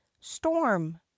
storm